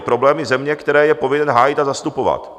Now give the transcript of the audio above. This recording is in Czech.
Problémy země, které je povinen hájit a zastupovat.